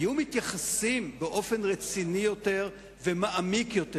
היו מתייחסים באופן רציני יותר ומעמיק יותר.